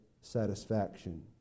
satisfaction